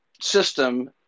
system